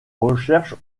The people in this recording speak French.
recherches